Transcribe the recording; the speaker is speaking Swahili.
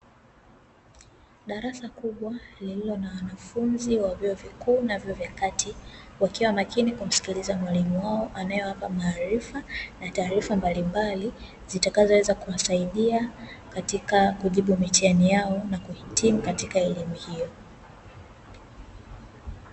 Darasa kubwa lililo na wanafunzi wa vyuo vikuu na vyuo vya wakati, wakiwa makini kumsikiliza mwalimu wao anaewapa maarifa na taarifa mbalimbali, zitakazoweza kuwasaidia katika kujibu mitihani yao na kuhitimu katika elimu hiyo.